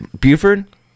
Buford